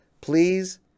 please